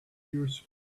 years